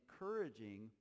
encouraging